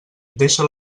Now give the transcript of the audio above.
deixa